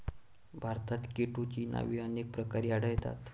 भारतात केटोची नावे अनेक प्रकारची आढळतात